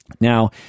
now